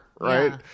right